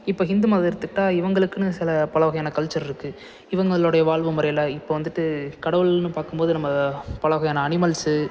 இப்போ ஹிந்து மதம் எடுத்துக்கிட்டால் இவங்களுக்குன்னு சில பல வகையான கல்ச்சர் இருக்குது இவங்களோட வாழ்வு முறையில் இப்போது வந்துட்டு கடவுள்ன்னு பார்க்கும்போது நம்ம பல வகையான அனிமல்ஸ்